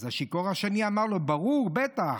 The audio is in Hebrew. אז השיכור השני אמר לו: ברור, בטח.